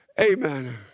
Amen